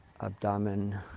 abdomen